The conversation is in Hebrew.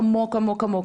עמוק עמוק עמוק,